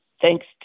thanks